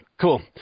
Cool